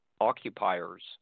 occupiers